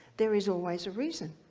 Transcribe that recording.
there is always a reason.